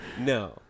No